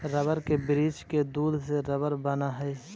rubber के वृक्ष के दूध से रबर बनऽ हई